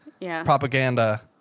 propaganda